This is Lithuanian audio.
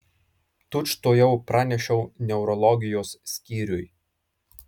tučtuojau pranešiau neurologijos skyriui